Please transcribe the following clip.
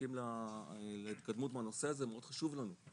מחכים להתקדמות בנושא הזה מאוד חשוב לנו,